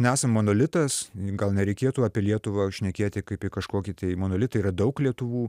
nesam monolitas gal nereikėtų apie lietuvą šnekėti kaip į kažkokį tai monolitą yra daug lietuvų